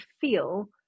feel